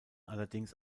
allerdings